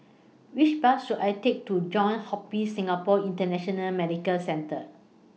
Which Bus should I Take to Johns Hopkins Singapore International Medical Centre